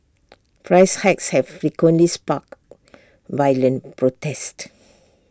price hikes have frequently sparked violent protests